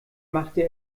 machte